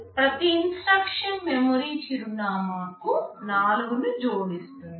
ప్రతి instruction memory చిరునామాకు 4 ను జోడిస్తుంది